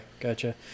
gotcha